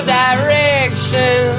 direction